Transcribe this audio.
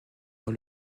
dans